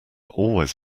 always